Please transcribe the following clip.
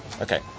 Okay